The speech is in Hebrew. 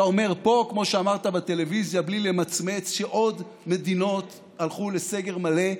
אתה אומר פה כמו שאמרת בטלוויזיה בלי למצמץ שעוד מדינות הלכו לסגר מלא.